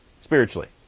Spiritually